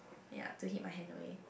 ya to hit my hand away